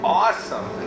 awesome